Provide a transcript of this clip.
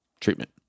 treatment